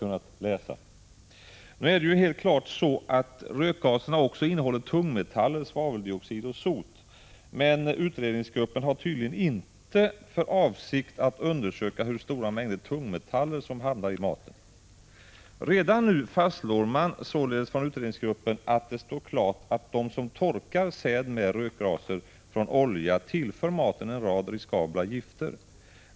Nu innehåller ju rökgaserna också tungmetaller, svaveldioxid och sot, men utredningsgruppen har tydligen inte för avsikt att undersöka hur stora mängder tungmetaller som hamnar i maten. Redan nu fastslår sålunda utredningsgruppen att de som torkar säd med rökgaser från olja tillför maten en rad riskabla gifter.